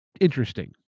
interesting